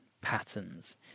patterns